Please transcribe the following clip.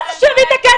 מה זה "שיביא את הכסף"?